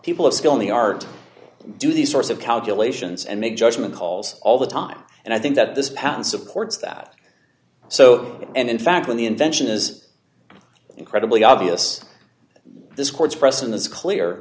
people of skill in the art do these sorts of calculations and make judgement calls all the time and i think that this patent supports that so and in fact when the invention is incredibly obvious this court's precedent is clear